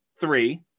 three